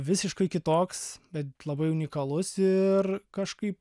visiškai kitoks bet labai unikalus ir kažkaip